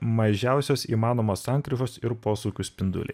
mažiausios įmanomos sankryžos ir posūkių spinduliai